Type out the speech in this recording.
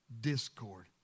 discord